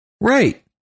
Right